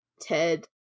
ted